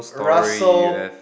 Russell